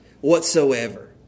whatsoever